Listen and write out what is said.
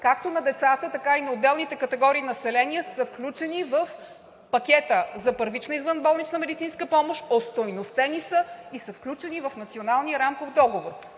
както на децата, така и на отделните категории население, включени са в пакета за първична извънболнична медицинска помощ, остойностени са и са включени в Националния рамков договор.